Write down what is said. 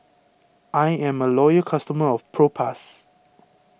I am a loyal customer of Propass